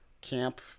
camp